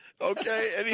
Okay